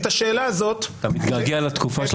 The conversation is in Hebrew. את השאלה הזאת --- אתה מתגעגע לתקופה של